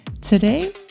Today